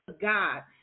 God